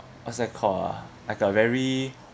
what's that call ah like a very